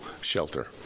shelter